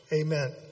Amen